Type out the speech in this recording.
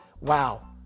wow